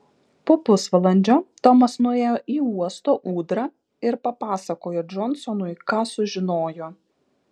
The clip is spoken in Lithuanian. po pusvalandžio tomas nuėjo į uosto ūdrą ir papasakojo džonsonui ką sužinojo